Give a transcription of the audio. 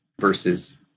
versus